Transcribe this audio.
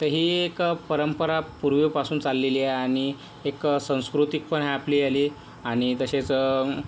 तर हे एक परंपरा पूर्वीपासून चाललेली आहे आणि एक संस्कृती पण आपली आली आणि तसेच